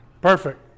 Perfect